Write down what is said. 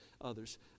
others